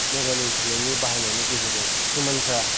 mobile इन्टारनेटनि बाहायनायनि गेजेरजों किसुमानफ्रा